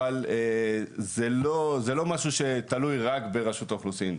אבל זה לא משהו שתלוי רק ברשות האוכלוסין,